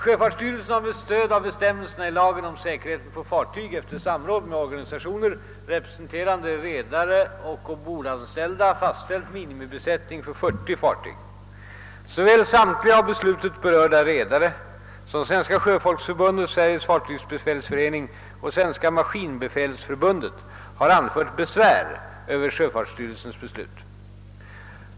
Sjöfartsstyrelsen har med stöd av bestämmelserna i lagen om säkerheten på fartyg efter samråd med organisationer representerande redare och ombordanställda fastställt minimibesättning för 40 fartyg. Såväl samtliga av beslutet berörda redare som Svenska sjöfolksförbundet, Sveriges fartygsbefälsförening och Svenska maskinbefälsförbundet har anfört besvär över sjöfartsstyrelsens beslut.